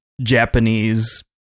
Japanese